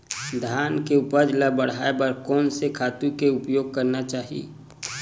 धान के उपज ल बढ़ाये बर कोन से खातु के उपयोग करना चाही?